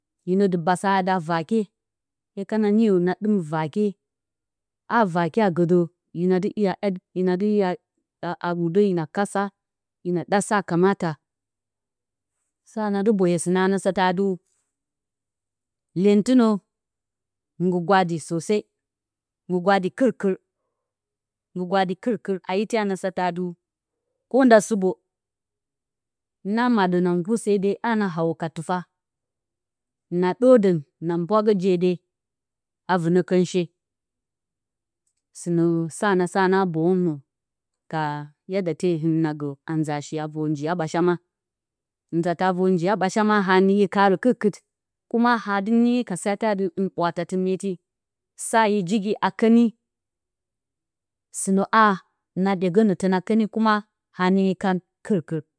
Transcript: Hinǝ dɨ basa haa da vaakye. Hye kana niyo na ɗɨm vaakye, haa vaakye a gǝ dǝ, hina dɨ hina dɨ a wudǝ hina kasa, hina ɗa sa ka. Sa na dɨ boyo sɨnǝ a nǝ satǝ atɨ, lyentɨnǝ nggi gwa di nggi gwa di kɨr-kɨr, nggi gwa di kɨr-kɨr a ite a nǝ satǝ atɨ supo na maɗǝ na nggur se de a na hawo ka tɨfa, na ɗǝr dǝn, na mbwa gǝ je de a vɨnǝ kǝnshe. Sɨnǝ sa na sa na boyǝwnǝ ka hɨn na gǝ ka nza shi a njiya ɓashama. Nzatǝ a vor njiya ɓashama a nɨnyi arǝ kɨr-kɨr. kuma haa dɨ nɨnyi ka sate atɨ, hɨn ɓwatati meetɨ, sa yǝ jigi a kǝni sɨnǝ a na ɗyegǝnǝ tǝna kǝni kuma haa nɨnyi kan kɨr-kɨr,